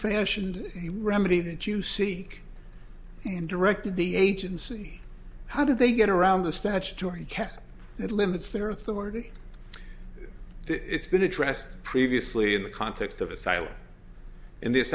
fashioned a remedy that you seek directed the agency how did they get around the statutory cap it limits their authority it's been addressed previously in the context of asylum in this